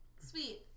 sweet